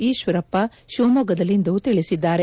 ಈಶ್ವರಪ್ಪ ಶಿವಮೊಗ್ಗದಲ್ಲಿಂದು ತಿಳಿಸಿದ್ದಾರೆ